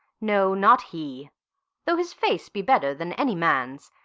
no, not he rhough his face be better than any man's,